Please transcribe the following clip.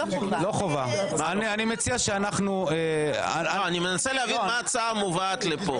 אני מנסה להבין מה ההצעה שמובאת לפה.